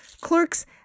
Clerks